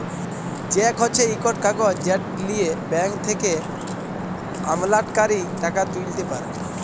cheque হছে ইকট কাগজ যেট লিঁয়ে ব্যাংক থ্যাকে আমলাতকারী টাকা তুইলতে পারে